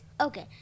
Okay